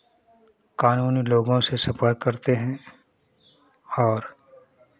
कानूनी लोगों से संपर्क करते हैं और